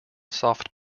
soft